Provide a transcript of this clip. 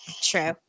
True